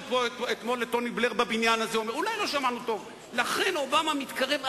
על זה אני אומר לכם, כואב לי הלב, לבי לבי אתכם.